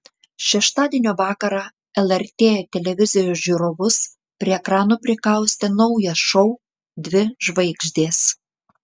šeštadienio vakarą lrt televizijos žiūrovus prie ekranų prikaustė naujas šou dvi žvaigždės